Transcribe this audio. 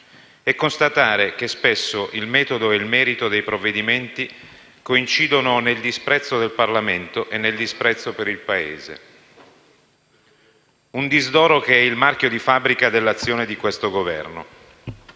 e constatare che spesso il metodo e il merito dei provvedimenti coincidono nel disprezzo del Parlamento e nel disprezzo per il Paese? Un disdoro che è il marchio di fabbrica dell'azione di questo Governo.